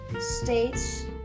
states